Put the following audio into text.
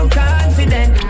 confident